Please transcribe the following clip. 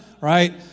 Right